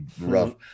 rough